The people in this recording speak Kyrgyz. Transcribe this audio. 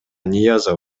ниязов